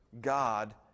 God